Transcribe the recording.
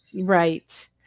right